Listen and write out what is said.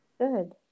Good